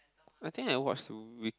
I think I watch Wick~